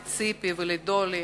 לציפי ולדולי,